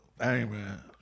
Amen